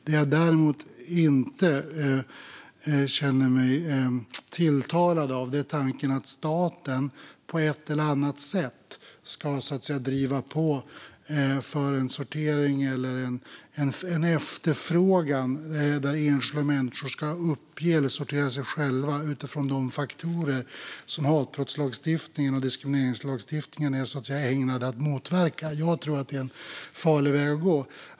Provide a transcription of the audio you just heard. Det jag däremot inte känner mig tilltalad av är tanken att staten på ett eller annat sätt ska driva på för en sortering eller en förfrågan där enskilda människor ska uppge eller sortera sig själv utifrån de faktorer som hatbrottslagstiftningen och diskrimineringslagstiftningen är ägnade att motverka. Jag tror att det är en farlig väg att gå.